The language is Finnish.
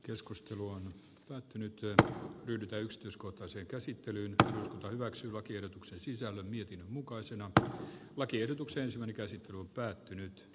keskustelu on päättynyt työ yltä yksityiskohtaiseen käsittelyyn ja hyväksyi lakiehdotuksen sisällön jokin siltäkin osin tämä esitys on hyvä